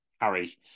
Harry